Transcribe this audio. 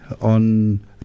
on